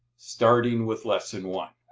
starting with lesson one.